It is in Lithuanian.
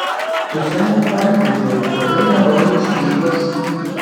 tu senių partijoje kodėl nerodai špygos